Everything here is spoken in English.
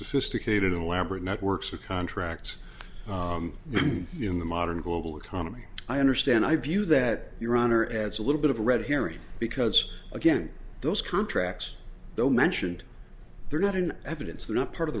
sophisticated elaborate networks a contract in the modern global economy i understand i view that your honor as a little bit of a red herring because again those contracts though mentioned they're not in evidence they're not part of